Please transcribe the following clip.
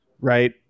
Right